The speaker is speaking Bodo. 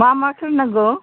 मा मा थोननांगौ